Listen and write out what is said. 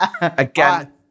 Again